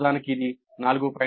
8 రెండవదానికి ఇది 4